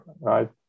Right